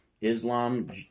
Islam